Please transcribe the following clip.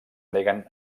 neguen